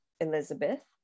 Elizabeth